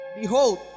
behold